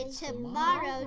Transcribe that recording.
tomorrow